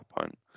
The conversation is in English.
point